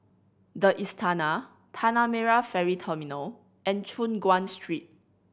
The Istana Tanah Merah Ferry Terminal and Choon Guan Street